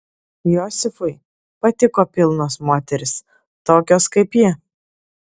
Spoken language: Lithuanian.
josifui patiko pilnos moterys tokios kaip ji